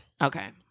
Okay